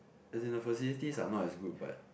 as in the facilities are not that good but